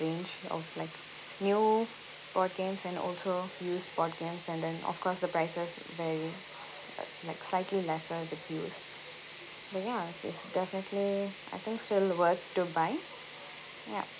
range of like new board games and also used board games and then of course the prices very uh like slightly lesser if it's used and ya it's definitely I think still worth to buy yup